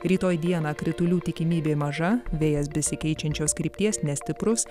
rytoj dieną kritulių tikimybė maža vėjas besikeičiančios krypties nestiprus